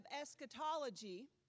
eschatology